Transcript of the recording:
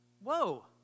whoa